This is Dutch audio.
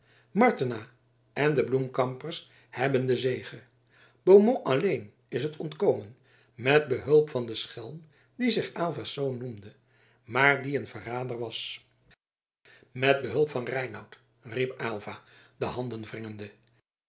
martena en de bloemkampers hebben de zege beaumont alleen is het ontkomen met behulp van den schelm die zich aylva's zoon noemde maar die een verrader was met behulp van reinout riep aylva de handen